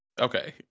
Okay